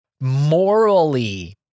morally